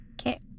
Okay